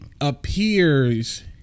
appears